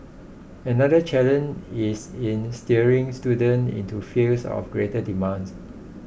another challenge is in steering students into fields of greater demand